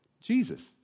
Jesus